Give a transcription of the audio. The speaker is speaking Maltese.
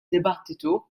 dibattitu